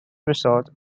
resort